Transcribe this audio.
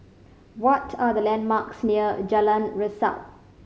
what are the landmarks near Jalan Resak